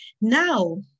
now